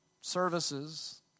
services